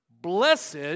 Blessed